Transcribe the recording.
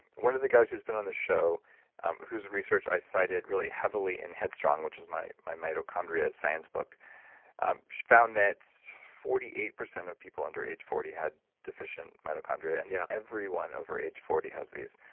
one of the guys who's been on the show whose research i sighted really heavily and headstrong, which was my my mitochondria science book. she found that forty eight percent of people under age forty had deficient mitochondria and yeah everyone over age forty has these.